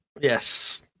Yes